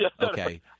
Okay